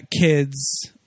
kids